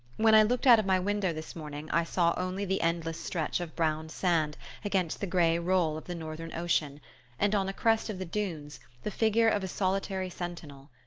when i looked out of my window this morning i saw only the endless stretch of brown sand against the grey roll of the northern ocean and, on a crest of the dunes, the figure of a solitary sentinel.